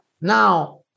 Now